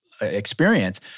experience